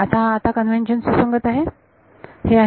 आता आता कन्व्हेन्शन सुसंगत आहे